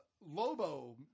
Lobo